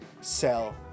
sell